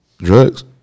Drugs